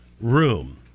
room